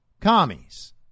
commies